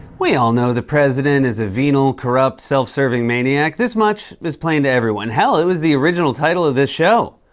we all know the president is a venal, corrupt, self-serving maniac. this much is plain to everyone. hell, it was the original title of this show.